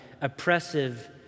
oppressive